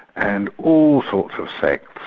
and all sorts of sects,